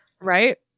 Right